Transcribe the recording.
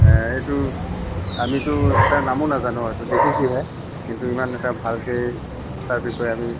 সেইটো আমিতো তাৰ নামো নেজানো হয়তো দেখিছোঁহে কিন্তু ইমান এটা ভালকৈ তাৰ বিষয়ে আমি